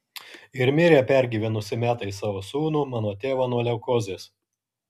ir mirė pergyvenusi metais savo sūnų mano tėvą nuo leukozės